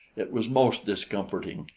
it was most discomforting,